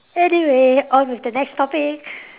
anyway on with the next topic